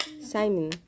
Simon